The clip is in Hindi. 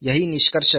यही निष्कर्ष है